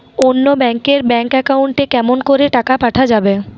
অন্য ব্যাংক এর bank account এ কেমন করে টাকা পাঠা যাবে?